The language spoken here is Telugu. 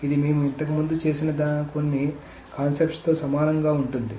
ఇది మేము ఇంతకు ముందు చేసిన కొన్ని కాన్సెప్ట్తో సమానంగా ఉంటుంది